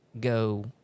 go